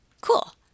Cool